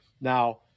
Now